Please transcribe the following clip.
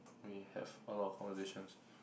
we have a lot of conversations